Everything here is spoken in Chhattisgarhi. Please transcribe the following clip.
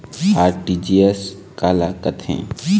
आर.टी.जी.एस काला कथें?